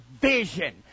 vision